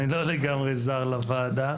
אני לא לגמרי זר לוועדה.